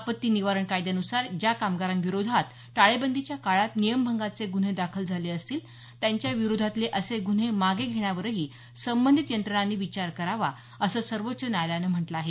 आपत्ती निवारण कायद्यान्सार ज्या कामगारांविरोधात टाळेबंदीच्या काळात नियमभंगाचे गुन्हे दाखल झाले असतील त्यांच्याविरोधातले असे गुन्हे मागे घेण्यावरही संबंधित यंत्रणांनी विचार करावा असं सर्वोच्च न्यायालयानं म्हटलं आहे